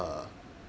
err